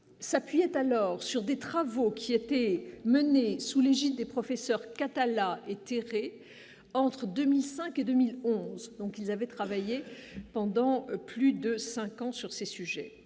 s'appuyait alors sur des travaux qui étaient menés sous l'égide des professeurs Catala éthérée, entre 2005 et 2011 donc ils avaient travaillé pendant plus de 5 ans sur ces sujets,